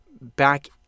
back